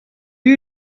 you